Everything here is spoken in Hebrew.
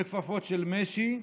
בכפפות של משי,